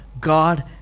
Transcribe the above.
God